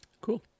Cool